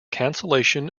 cancellation